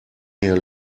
here